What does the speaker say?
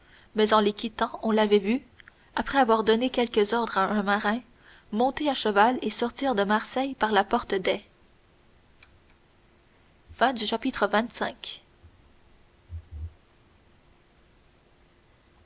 mais en les quittant on l'avait vu après avoir donné quelques ordres à un marin monter à cheval et sortir de marseille par la porte d'aix